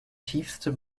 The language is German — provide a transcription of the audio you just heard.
tiefste